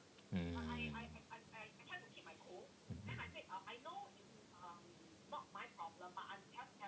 mm